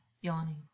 yawning